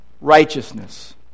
righteousness